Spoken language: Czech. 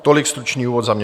Tolik stručný úvod za mě.